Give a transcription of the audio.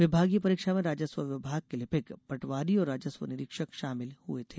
विभागीय परीक्षा में राजस्व विभाग के लिपिक पटवारी और राजस्व निरीक्षक शामिल हुए थे